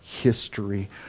history